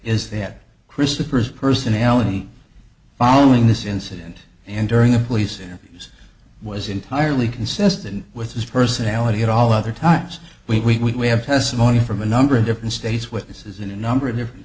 is that christopher's personality following this incident and during the police interviews was entirely consistent with his personality at all other times we have testimony from a number of different state's witnesses in a number of different